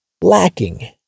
lacking